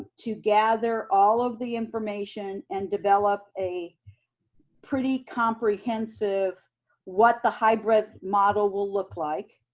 to gather all of the information and develop a pretty comprehensive what the hybrid model will look like.